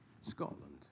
Scotland